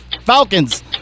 Falcons